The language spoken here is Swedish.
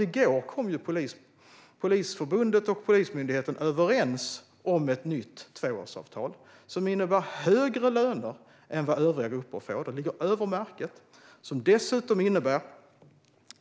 I går kom Polisförbundet och Polismyndigheten överens om ett nytt tvåårsavtal som innebär högre löner än vad övriga grupper får. De ligger över märket. Det innebär dessutom